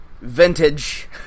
Vintage